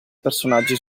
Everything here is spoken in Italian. personaggi